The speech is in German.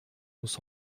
muss